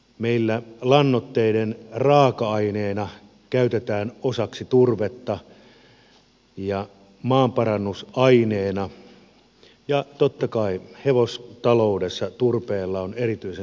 meillä lannoitteiden raaka aineena käytetään osaksi turvetta sitä käytetään maanparannusaineena ja totta kai hevostaloudessa turpeella on erityisen suuri merkitys